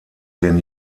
den